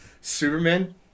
Superman